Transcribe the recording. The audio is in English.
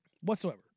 Whatsoever